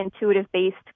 intuitive-based